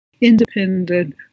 independent